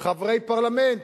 חברי פרלמנט,